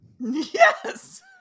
yes